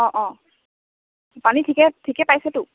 অঁ অঁ পানী ঠিকে ঠিকে পাইছেতো